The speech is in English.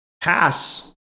pass